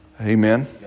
Amen